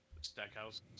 Stackhouse